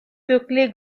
quickly